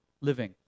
living